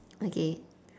okay